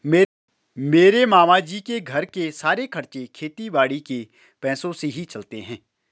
मेरे मामा जी के घर के सारे खर्चे खेती बाड़ी के पैसों से ही चलते हैं